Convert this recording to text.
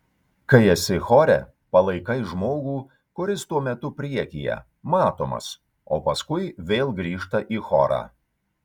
kai esi chore palaikai žmogų kuris tuo metu priekyje matomas o paskui vėl grįžta į chorą